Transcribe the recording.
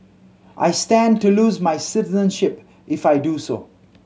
I stand to lose my citizenship if I do so